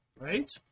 right